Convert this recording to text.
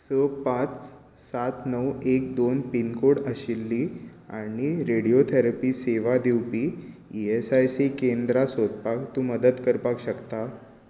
स पांच सात णव एक दोन पिनकोड आशिल्लीं आनी रेडियोथेरपी सेवा दिवपी ई एस आय सी केंद्रां सोदपाक तूं मदत करपाक शकता